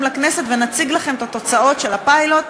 לכנסת ונציג לכם את התוצאות של הפיילוט,